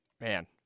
man